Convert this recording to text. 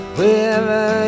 Wherever